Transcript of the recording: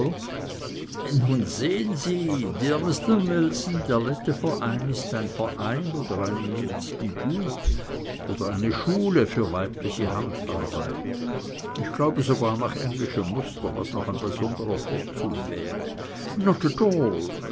nun sehen sie dear mister nelson der lette verein ist ein verein oder ein institut oder eine schule für weibliche handarbeit ich glaube sogar nach englischem muster was noch ein besonderer vorzug wäre not